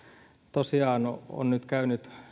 tosiaan on nyt käynyt